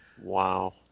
Wow